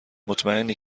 مطمئنی